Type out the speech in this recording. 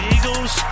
Eagles